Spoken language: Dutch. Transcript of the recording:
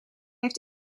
heeft